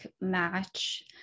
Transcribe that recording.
match